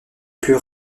plus